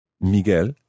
Miguel